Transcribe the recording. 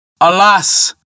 Alas